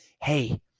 Hey